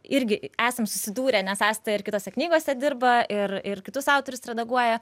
irgi esam susidūrę nes asta ir kitose knygose dirba ir ir kitus autorius redaguoja